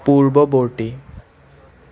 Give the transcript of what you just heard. পূৰ্ৱবৰ্তী